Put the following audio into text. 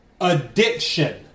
addiction